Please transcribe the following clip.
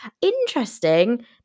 Interesting